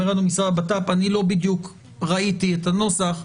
אומר לנו משרד הבט"פ: אני לא בדיוק ראיתי את הנוסח,